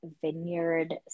vineyard